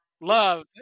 Love